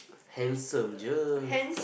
handsome